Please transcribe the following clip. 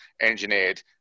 engineered